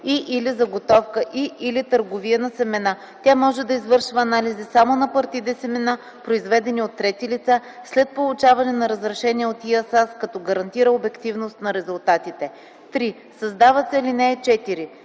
и/или заготовка, и/или търговия на семена, тя може да извършва анализи само на партиди семена, произведени от трети лица след получаване на разрешение от ИАСАС, като гарантира обективност на резултатите.” 3. Създава се ал. 4: